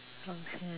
long hair